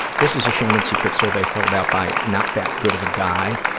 this is a shame and secrets survey filled out by not that good of a guy,